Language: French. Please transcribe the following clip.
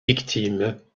victimes